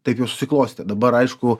taip jau susiklostė dabar aišku